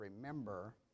remember